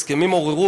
ההסכמים עוררו